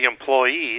employees